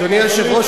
אדוני היושב-ראש,